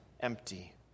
Empty